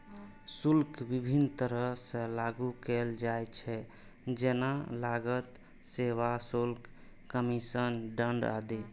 शुल्क विभिन्न तरह सं लागू कैल जाइ छै, जेना लागत, सेवा शुल्क, कमीशन, दंड आदि